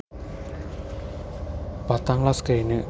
പത്താം ക്ലാസ് കഴിഞ്ഞ്